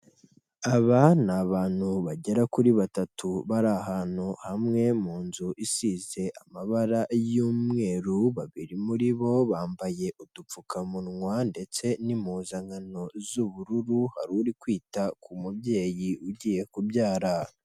Aba ni abantu bagera kuri batatu bari ahantu hamwe mu nzu isize amabara y'umweru, babiri muri bo bambaye udupfukamunwa ndetse n'impuzankano z'ubururu. Hari uri kwita ku mubyeyi ugiye kubyara.